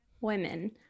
women